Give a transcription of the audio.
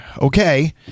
okay